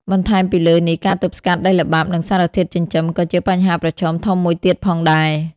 បន្ថែមពីលើនេះ ការទប់ស្កាត់ដីល្បាប់និងសារធាតុចិញ្ចឹម ក៏ជាបញ្ហាប្រឈមធំមួយទៀតផងដែរ។